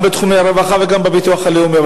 גם בתחומי הרווחה וגם בביטוח הלאומי.